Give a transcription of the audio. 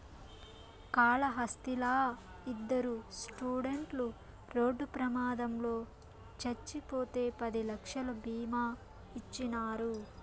కాళహస్తిలా ఇద్దరు స్టూడెంట్లు రోడ్డు ప్రమాదంలో చచ్చిపోతే పది లక్షలు బీమా ఇచ్చినారు